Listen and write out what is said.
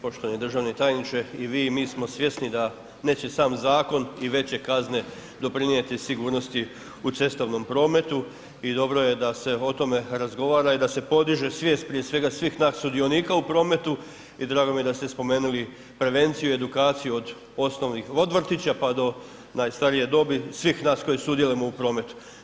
Poštovani državni tajniče, i vi i mi smo svjesni da neće sam zakon i veće kazne doprinijeti sigurnosti u cestovnom prometu i dobro je da se o tome razgovara i da se podiže svijest prije svega svih nas sudionika u prometu i drago mi je da ste spomenuli prevenciju i edukaciju od osnovnih, od vrtića, pa do najstarije dobi svih nas koji sudjelujemo u prometu.